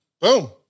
Boom